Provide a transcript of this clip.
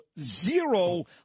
zero